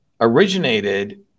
originated